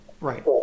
right